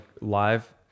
live